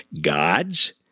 God's